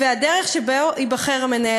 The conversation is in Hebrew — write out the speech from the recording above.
והדרך שבה ייבחר המנהל.